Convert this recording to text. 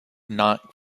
not